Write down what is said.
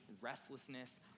restlessness